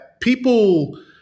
people